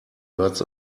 birds